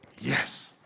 Yes